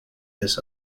this